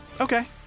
okay